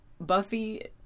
Buffy